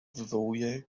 wywołuje